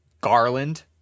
Garland